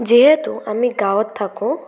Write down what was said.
যিহেতু আমি গাঁৱত থাকো